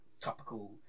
topical